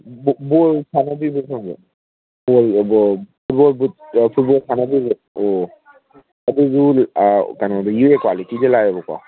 ꯕꯣꯜ ꯁꯥꯟꯅꯕꯤꯕ꯭ꯔꯣ ꯁꯣꯝꯁꯦ ꯐꯨꯠꯕꯣꯜ ꯁꯥꯟꯅꯕꯤꯕ꯭ꯔꯣ ꯑꯣ ꯑꯗꯨꯁꯨ ꯀꯩꯅꯣꯗꯒꯤ ꯀ꯭ꯋꯥꯂꯤꯇꯤꯗ ꯂꯥꯛꯑꯦꯕꯀꯣ